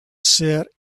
sit